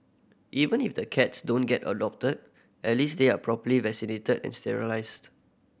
even if the cats don't get adopted at least they are properly vaccinated and sterilised